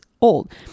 old